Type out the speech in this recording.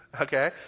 okay